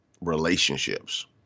relationships